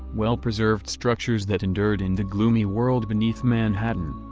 well-preserved structures that endured in the gloomy world beneath manhattan.